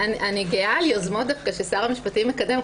אני גאה על יוזמות ששר המשפטים מקדם,